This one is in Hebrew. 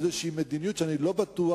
איזו מדיניות, שאני לא בטוח